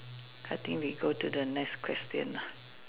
I think we go to the next question lah